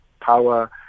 power